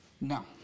No